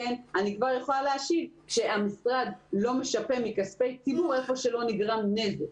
ואני כבר יכולה להשיב שהמשרד לא משפה מכספי ציבור איפה שלא נגרם נזק.